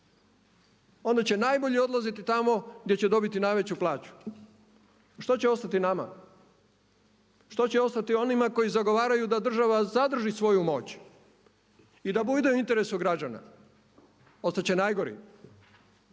onda će najbolji odlaziti tamo gdje će dobiti najveću plaću. A što će ostati nama? Što će ostati onima koji zagovaraju da država zadrži svoju moć i da budu u interesu građana? Ostati će najgori